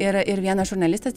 ir ir vienas žurnalistas